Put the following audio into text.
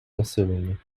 населення